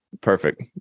Perfect